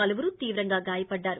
పలువురు తీవ్రంగా గాయపడ్డారు